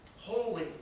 Holy